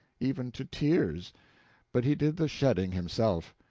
even to tears but he did the shedding himself.